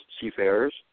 seafarers